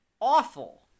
Awful